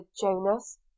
Jonas